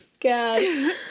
God